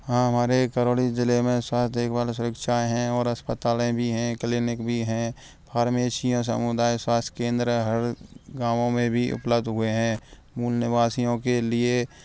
हाँ हमारे करौली जिले में स्वास्थ्य देखभाल सुरक्षाएं हैं और अस्पतालें भी हैं कलीनिक भी हैं फार्मेशियां सामुदाय स्वास्थ्य केंद्र हर गांवों में भी उपलब्ध हुए हैं मूल निवासियों के लिए